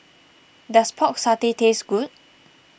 does Pork Satay taste good